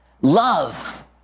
love